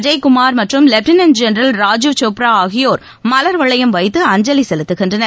அஜய் குமார் மற்றும் lieutenant general Rajiv Chopra ஆகியோர் மலர் வளையம் வைத்து அஞ்சலி செலுத்துகின்றனர்